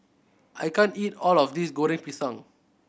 I can't eat all of this Goreng Pisang